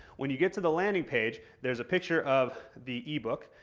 when you get to the landing page, there's a picture of the ebook.